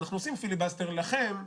אנחנו עושים פיליבסטר לכם,